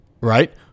right